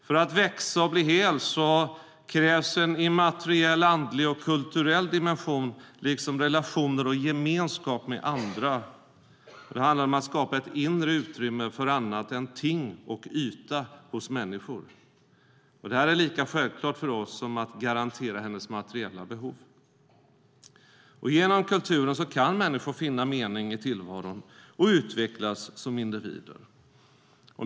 För att växa och bli hel krävs en immateriell, andlig och kulturell dimension liksom relationer och gemenskap med andra. Det handlar om att skapa ett inre utrymme för annat än ting och yta hos människor. Det är lika självklart för oss som att garantera hennes materiella behov. Genom kulturen kan människor finna mening i tillvaron och utvecklas som individer.